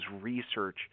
research